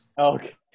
Okay